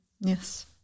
Yes